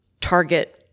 target